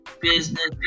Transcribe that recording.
business